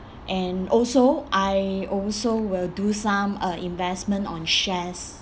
and also I also will do some uh investment on shares